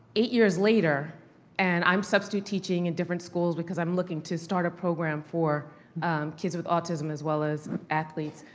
eight years later and i'm substitute teaching in different schools because i'm looking to start a program for kids with autism, as well as athletes.